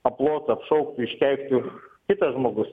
aplotų apšauktų iškeiktų kitas žmogus